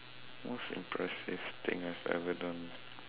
most impressive thing I have ever done